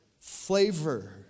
flavor